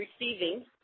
receiving